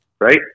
right